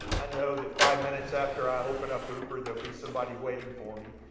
i know that five minutes after i open up uber there'll be somebody waiting for me.